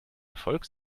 erfolg